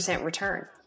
return